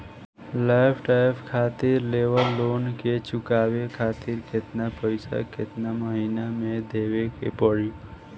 Laptop खातिर लेवल loan के चुकावे खातिर केतना पैसा केतना महिना मे देवे के पड़ी?